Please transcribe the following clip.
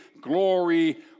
glory